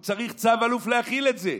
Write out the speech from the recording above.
הוא צריך צו אלוף כדי להחיל את זה.